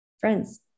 Friends